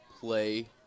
play